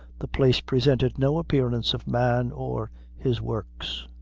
the place presented no appearance of man or his works.